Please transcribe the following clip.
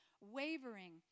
wavering